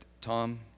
Tom